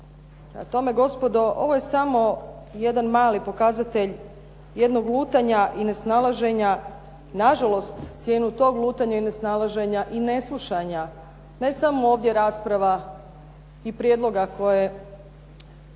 tome, gospodo, ovo je samo jedan mali pokazatelj, jednog lutanja i nesnalaženja, nažalost cijenu tog lutanja i nesnalaženja i neslušanja, ne samo ovdje rasprava i prijedloga koje